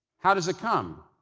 how does it come?